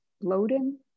bloating